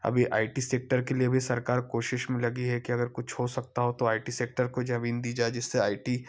अभी I T sector के लिए भी सरकार कोशिश में लगी है कि अगर कुछ हो सकता हो तो आई टी सेक्टर को जमीन दी जाए जिससे आई टी